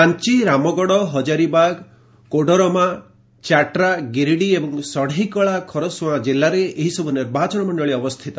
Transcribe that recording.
ରାଞ୍ଚି ରାମଗଡ଼ ହଜାରିବାଗ କୋଡ଼ରମା ଚାଟ୍ରା ଗିରିଡ଼ି ଏବଂ ଷଢ଼େଇକଳା ଖରସୁଆଁ ଜିଲ୍ଲାରେ ଏହିସବୁ ନିର୍ବାଚନ ମଣ୍ଡଳୀ ଅବସ୍ଥିତ